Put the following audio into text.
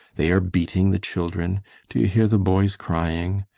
they are beating the children do you hear the boys crying!